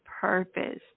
Purpose